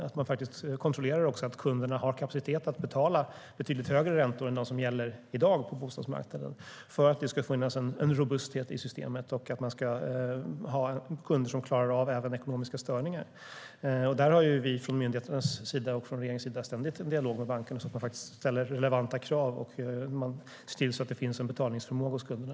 Det handlar om att de kontrollerar att kunderna har kapacitet att betala betydligt högre räntor än dem som gäller i dag på bostadsmarknaden. Det ska finnas en robusthet i systemet, och de ska ha kunder som klarar av även ekonomiska störningar. Vi har från myndigheternas och regeringens sida ständigt en dialog med bankerna så att de faktiskt ställer relevanta krav och ser till att det finns en betalningsförmåga hos kunderna.